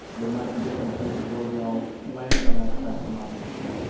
there might be different places where we all land on that spectrum, obviously,